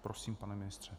Prosím, pane ministře.